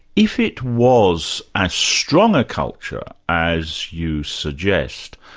if it was as strong a culture as you suggest,